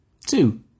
Two